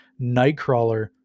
nightcrawler